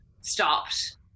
stopped